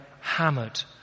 hammered